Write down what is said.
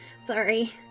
sorry